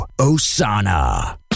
Osana